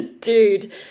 dude